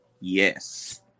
Yes